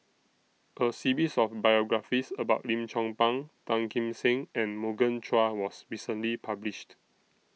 A series of biographies about Lim Chong Pang Tan Kim Seng and Morgan Chua was recently published